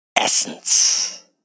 essence